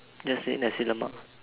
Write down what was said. just ate Nasi-Lemak